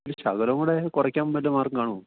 ഒരു ശകലം കൂടെ കുറയ്ക്കാൻ വല്ല മാർഗ്ഗം കാണുമോ